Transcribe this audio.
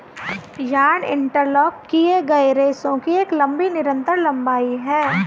yarn interlock किए गए रेशों की एक लंबी निरंतर लंबाई है